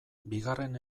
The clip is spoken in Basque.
bigarren